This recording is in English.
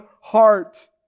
heart